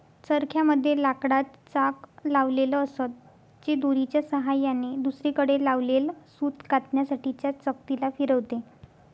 चरख्या मध्ये लाकडाच चाक लावलेल असत, जे दोरीच्या सहाय्याने दुसरीकडे लावलेल सूत कातण्यासाठी च्या चकती ला फिरवते